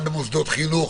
למוסדות חינוך,